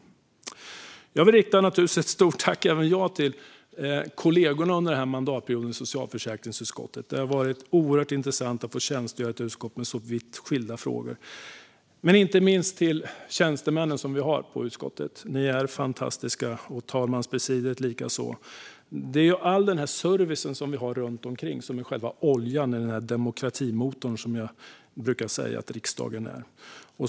Även jag vill naturligtvis rikta ett stort tack till kollegorna i socialförsäkringsutskottet. Det har varit oerhört intressant att få tjänstgöra i ett utskott med så vitt skilda frågor. Inte minst vill jag rikta ett tack till utskottets tjänstemän. Ni är fantastiska, talmanspresidiet likaså. Det är all den här servicen som vi har runt omkring som är själva oljan i den demokratimotor som jag brukar säga att riksdagen är.